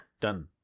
done